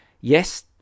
Yes